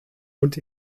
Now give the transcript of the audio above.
und